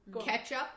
Ketchup